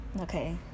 Okay